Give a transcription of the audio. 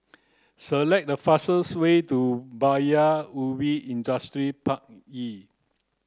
select the fastest way to Paya Ubi Industrial Park E